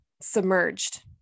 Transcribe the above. submerged